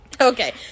Okay